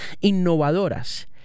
innovadoras